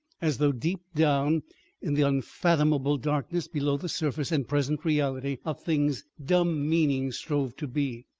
as though deep down in the unfathomable darkness below the surface and present reality of things dumb meanings strove to be.